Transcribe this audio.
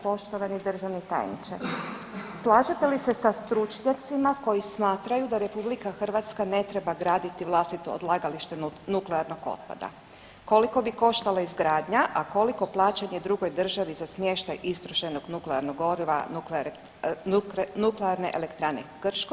Poštovani državni tajniče, slažete li se sa stručnjacima koji smatraju da RH ne treba graditi vlastito odlagalište nuklearnog otpada, koliko bi koštala izgradnja, a koliko plaćanje drugoj državi za smještaj istrošenog nuklearnog goriva Nuklearne elektrane Krško?